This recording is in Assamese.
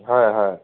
হয় হয়